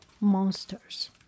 monsters